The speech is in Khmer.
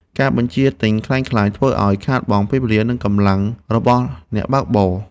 ការបញ្ជាទិញក្លែងក្លាយធ្វើឱ្យខាតបង់ពេលវេលា និងកម្លាំងរបស់អ្នកបើកបរ។